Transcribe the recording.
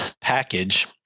package